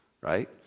Right